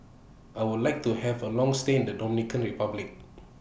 I Would like to Have A Long stay in The Dominican Republic